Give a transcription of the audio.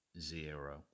zero